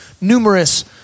numerous